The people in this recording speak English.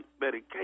medication